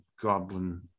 Goblin